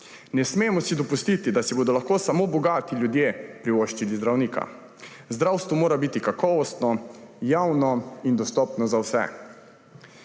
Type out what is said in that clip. Ne smemo si dopustiti, da si bodo lahko samo bogati ljudje privoščili zdravnika. Zdravstvo mora biti kakovostno, javno in dostopno za vse.